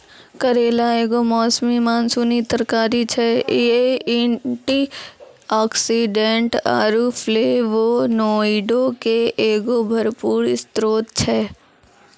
करेला एगो मौसमी मानसूनी तरकारी छै, इ एंटीआक्सीडेंट आरु फ्लेवोनोइडो के एगो भरपूर स्त्रोत छै